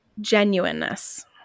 genuineness